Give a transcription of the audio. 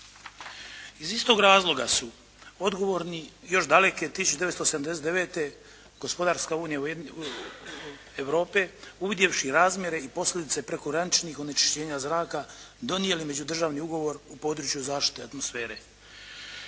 Iz istog razloga su odgovorni još daleke 1979., Gospodarska unija Europe uvidjevši razmjere i posljedice prekograničnih onečišćenja zraka donijeli Međudržavni ugovor u području zaštite atmosfere.